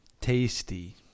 Tasty